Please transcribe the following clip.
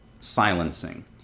silencing